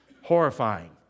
horrifying